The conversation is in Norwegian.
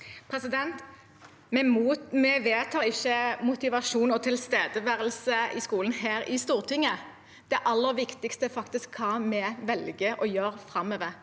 Vi vedtar ikke motivasjon og tilstedeværelse i skolen her i Stortinget. Det aller viktigste er faktisk hva vi velger å gjøre framover.